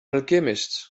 alchemist